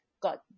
got